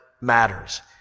matters